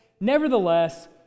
Nevertheless